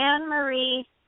Anne-Marie